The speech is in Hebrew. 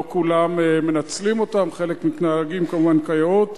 לא כולם מנצלים אותם, חלק מתנהגים, כמובן, כיאות,